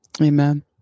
Amen